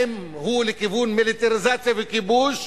אם הוא לכיוון מיליטריזציה וכיבוש,